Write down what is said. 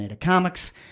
Comics